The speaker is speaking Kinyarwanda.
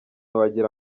wagira